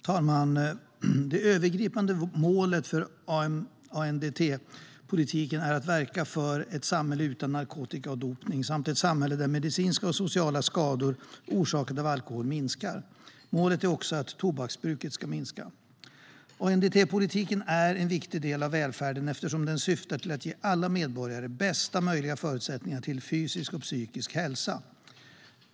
Herr talman! Det övergripande målet för ANDT-politiken är att verka för ett samhälle utan narkotika och dopning samt ett samhälle där medicinska och sociala skador orsakade av alkohol minskar. Målet är också att tobaksbruket ska minska. En samlad strategi för alkohol-, narkotika-, dopnings och tobaks-politiken 2016-2020 ANDT-politiken är en viktig del av välfärden eftersom den syftar till att ge alla medborgare bästa möjliga förutsättningar till fysisk och psykisk hälsa.